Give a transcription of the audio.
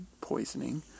poisoning